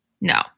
No